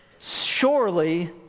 Surely